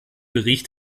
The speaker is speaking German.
bericht